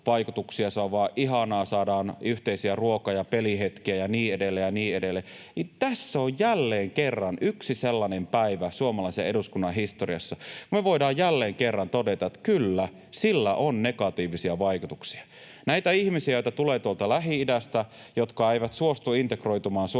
vaikutuksia ja se on vain ihanaa, saadaan yhteisiä ruoka- ja pelihetkiä ja niin edelleen ja niin edelleen, niin tässä on jälleen kerran yksi sellainen päivä suomalaisen eduskunnan historiassa, kun me voidaan jälleen kerran todeta, että kyllä, sillä on negatiivisia vaikutuksia. Nämä ihmiset, joita tulee tuolta Lähi-idästä, jotka eivät suostu integroitumaan suomalaiseen